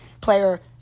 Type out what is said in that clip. player